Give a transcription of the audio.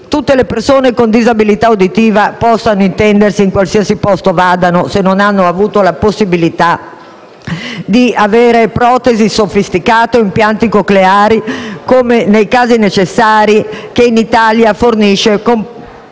tutte le persone con disabilità uditiva possano intendersi in qualsiasi posto vadano, se non hanno avuto la possibilità di avere protesi sofisticate o impianti cocleari, che in Italia nei casi necessari vengono forniti dal